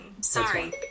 Sorry